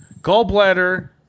gallbladder